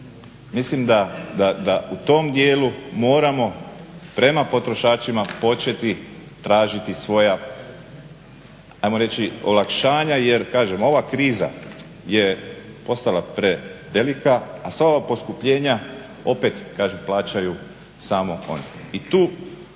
mislim da u tom dijelu moramo prema potrošačima početi tražiti svoja ajmo reći olakšanja jer kažem ova kriza je postala prevelika, a sva ova poskupljenja opet kažem plaćaju samo oni. I tu